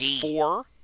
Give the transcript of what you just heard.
four